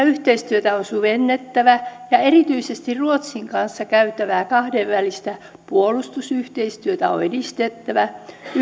yhteistyötä on syvennettävä ja erityisesti ruotsin kanssa käytävää kahdenvälistä puolustusyhteistyötä on edistettävä